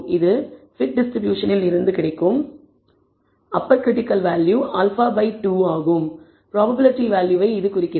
இது fi டிஸ்ட்ரிபியூஷனில் இருந்து கிடைக்கும் upper critical value α by 2 probability வேல்யூவை குறிக்கிறது